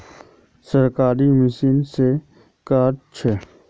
सरकारी मशीन से कार्ड छै?